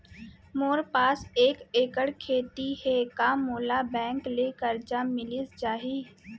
मोर पास एक एक्कड़ खेती हे का मोला बैंक ले करजा मिलिस जाही?